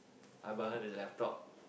I buy her the laptop